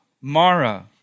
Mara